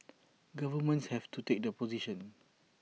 governments have to take the position